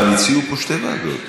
הציעו פה שתי ועדות.